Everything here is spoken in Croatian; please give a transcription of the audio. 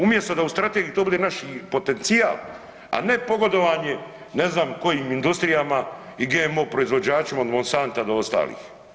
Umjesto da u strategiji to bude naš potencijal, a ne pogodovanje ne znam kojim industrijama i GMO proizvođačima od Monsanta do ostalih.